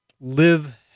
live